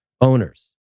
owners